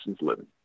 living